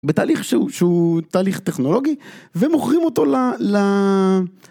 בתהליך שהוא שהוא תהליך טכנולוגי ומוכרים אותו ל...